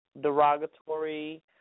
derogatory